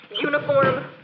uniform